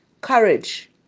courage